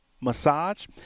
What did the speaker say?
Massage